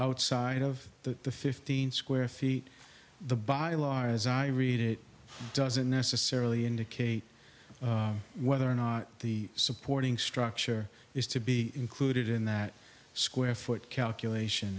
outside of the the fifteen square feet the by law as i read it doesn't necessarily indicate whether or not the supporting structure is to be included in that square foot calculation